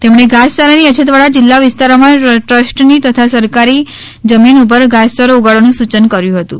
તેમણે ધાસચારાની અછતવાળા જીલ્લા વિસ્તારોમાં ટ્રસ્ટની તથા સરકારી જમીન ઉપર ધાસચારો ઉગાડવાનું સૂચન કર્યુ હતુ